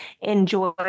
Enjoy